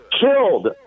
killed